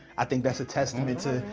i think that's a testament to.